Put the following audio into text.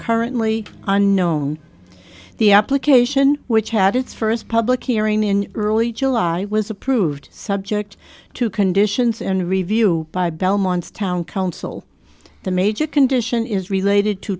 currently unknown the application which had its first public hearing in early july was approved subject to conditions and review by belmont's town council the major condition is related to